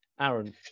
Aaron